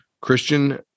christian